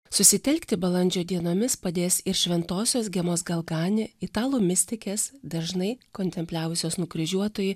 susitelkti balandžio dienomis padės ir šventosios gemos galgani italų mistikės dažnai kontempliavusios nukryžiuotąjį